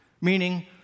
Meaning